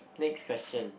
next question